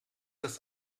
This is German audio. das